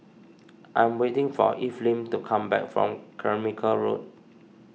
I am waiting for Evelyn to come back from Carmichael Road